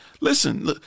listen